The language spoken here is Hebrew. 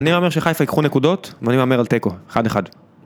אני מהמר שחיפה יקחו נקודות, ואני מהמר על תיקו, 1-1.